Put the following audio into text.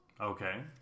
Okay